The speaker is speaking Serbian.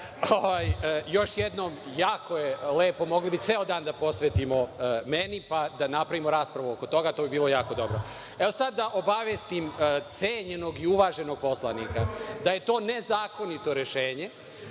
jednom, jako je lepo, mogli bismo ceo dan da posvetimo meni, pa da napravimo raspravu oko toga, to bi bilo jako dobro. Evo sad da obavestim cenjenog i uvaženog poslanika, da je to nezakonito rešenje